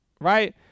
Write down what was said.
right